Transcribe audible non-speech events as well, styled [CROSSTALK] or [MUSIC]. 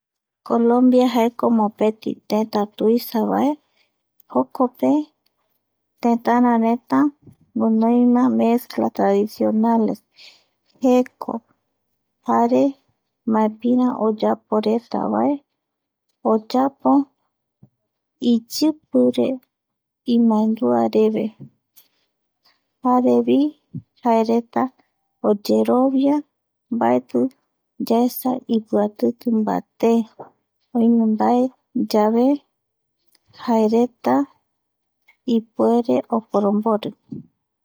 Colombia [NOISE] jaeko mopeti [NOISE] tëta tuisa vae [NOISE] jokope tëtara [NOISE] reta guinoima [NOISE] mezcla tradicionales jeko [NOISE] jare [NOISE] maepira oyaporetavae oyapo iyipire [NOISE] imbaenduareve [NOISE] jaereta yaesa [NOISE] oyerovia [NOISE] mbaeti ipiatiti mbaté [NOISE] oime [NOISE] mbae [NOISE] yave jaereta [NOISE] ipuere [NOISE] oporombori [NOISE]